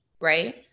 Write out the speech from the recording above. right